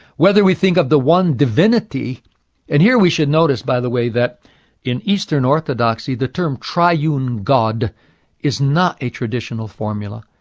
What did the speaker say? whether we think of the one divinity and here we should notice, by the way, that in eastern orthodoxy, the term triune god is not a traditional formula.